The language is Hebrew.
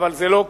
אבל זה לא כך.